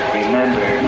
remember